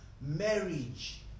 Marriage